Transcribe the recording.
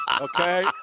Okay